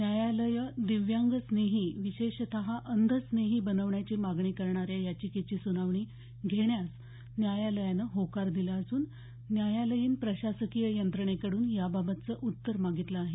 न्यायालयं दिव्यांगस्नेही विशेषत अंधस्नेही बनवण्याची मागणी करणाऱ्या याचिकेची सुनावणी घेण्यास न्यायालयानं होकार दिला असून न्यायालयीन प्रशासकीय यंत्रणेकडून याबाबतचं उत्तर मागितलं आहे